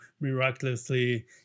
miraculously